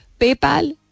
PayPal